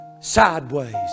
sideways